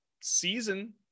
season